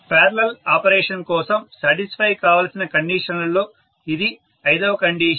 parallel operation కోసం satisfy కావలసిన కండీషన్లలో ఇది ఐదవ కండీషన్